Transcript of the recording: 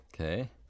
Okay